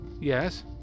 Yes